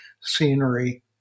scenery